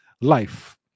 life